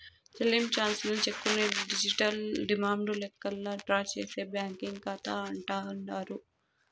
చెల్లించాల్సిన చెక్కుల్ని digital demand లెక్కల్లా డ్రా చేసే బ్యాంకీ కాతా అంటాండారు